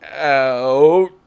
out